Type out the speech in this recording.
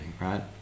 right